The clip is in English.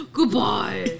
Goodbye